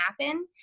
happen